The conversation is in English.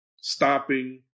stopping